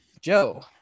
Joe